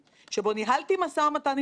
לא ביקשתי לזרוק אבן אחרי הנופל,